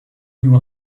you